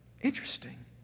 Interesting